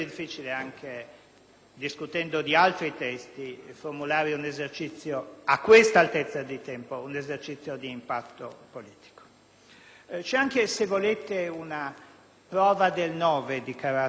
discutendo di altri testi - formulare, a questa altezza di tempo, un esercizio di impatto politico. C'è anche, se volete, una prova del nove di carattere